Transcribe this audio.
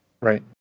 Right